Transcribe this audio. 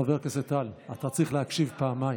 חבר הכנסת טל, אתה צריך להקשיב פעמיים.